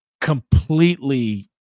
completely